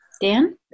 Dan